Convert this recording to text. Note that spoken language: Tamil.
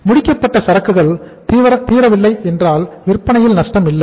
முடிக்கப்பட்ட சரக்குகள் தீரவில்லை என்றால் விற்பனையில் நஷ்டம் இல்லை